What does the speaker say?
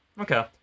Okay